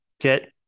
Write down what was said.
get